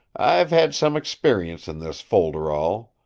i've had some experience in this folderol.